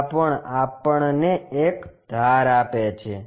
આ પણ આપણને એક ધાર આપે છે